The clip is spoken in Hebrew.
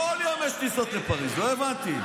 בכל יום יש טיסות לפריז, לא הבנתי.